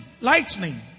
lightning